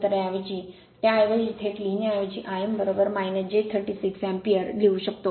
तर त्याऐवजी थेट लिहीण्याऐवजी I m j 36 अँपिअर लिहू शकतो